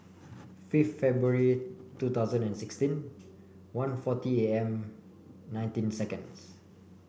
fifth February two thousand and sixteen one forty A M nineteen seconds